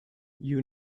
you